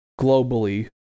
globally